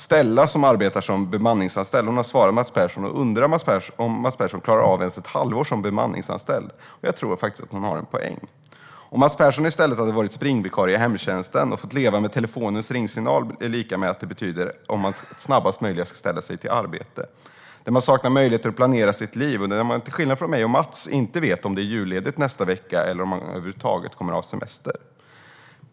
Stella, som är bemanningsanställd, har svarat Mats Persson och undrar om han klarar ens ett halvår som bemanningsanställd. Och jag tror faktiskt att hon har en poäng. Om Mats Persson i stället hade varit springvikarie i hemtjänsten hade han fått leva med telefonens ringsignal, som betyder att man snabbast möjligt ska inställa sig för arbete, och saknat möjligheter att planera sitt liv. Till skillnad från mig och Mats vet man inte om det är julledigt nästa vecka eller om man över huvud taget kommer att ha semester.